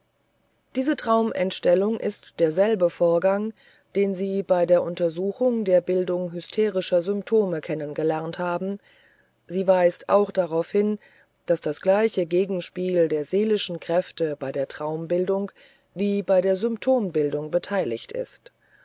diese traumentstellung ist derselbe vorgang den sie bei der untersuchung der bildung hysterischer symptome kennen gelernt haben sie weist auch darauf hin daß das gleiche gegenspiel der seelischen kräfte bei der traumbildung wie bei der symptombildung beteiligt ist